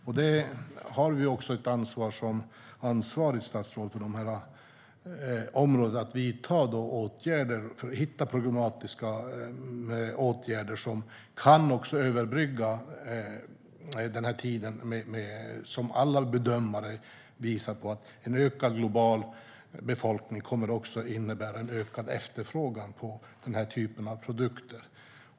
Vi har ett ansvar, och jag har det som ansvarigt statsråd för dessa områden, för att vidta åtgärder för att hitta problematiska områden där vi kan överbrygga denna tid. Alla bedömare visar ju att en ökad global befolkning också kommer att innebära en ökad efterfrågan på denna typ av produkter.